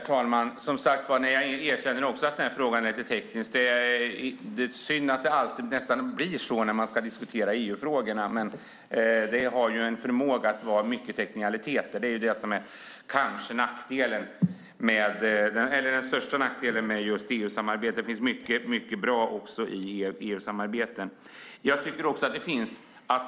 Herr talman! Jag medger att frågan är lite teknisk. Det är synd att det nästan alltid blir så när man ska diskutera EU-frågor. Det har en förmåga att bli mycket teknikaliteter. Det är kanske den största nackdelen med EU-samarbetet, men det finns mycket som är bra också.